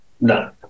No